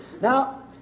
Now